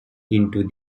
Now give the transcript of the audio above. into